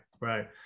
right